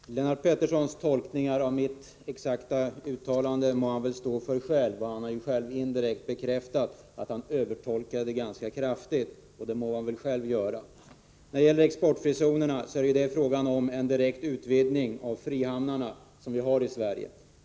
Herr talman! Lennart Petterssons tolkning av mitt exakta uttalande må han stå för själv. Han har själv indirekt bekräftat att han övertolkade det ganska kraftigt, och det må han väl göra. När det gäller exportfrizonerna är detta område en direkt utvidgning av de frihamnar som vi har i Sverige.